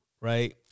Right